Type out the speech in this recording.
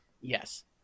Yes